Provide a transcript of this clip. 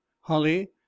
holly